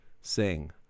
sing